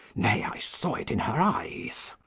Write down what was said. nay, i saw it in her eyes.